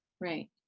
Right